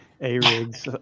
A-rigs